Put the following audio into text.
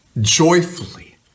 joyfully